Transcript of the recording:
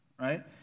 Right